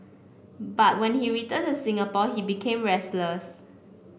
but when he returned to Singapore he became restless